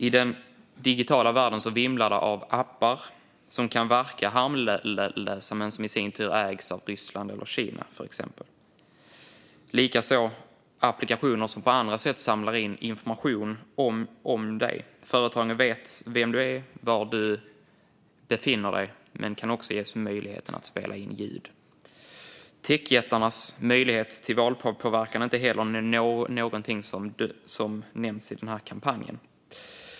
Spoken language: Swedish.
I den digitala världen vimlar det av appar som kan verka harmlösa men som i sin tur ägs av till exempel Ryssland eller Kina. Likaså finns det applikationer som på andra sätt samlar in information om dig. Företagen vet vem du är och var du befinner dig och kan också ges möjligheten att spela in ljud. Techjättarnas möjligheter till valpåverkan är inte heller någonting som nämns i den här kampanjen.